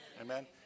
Amen